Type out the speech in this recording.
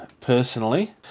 personally